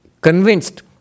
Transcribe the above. convinced